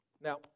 Now